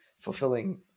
fulfilling